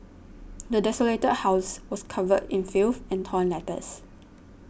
the desolated house was covered in filth and torn letters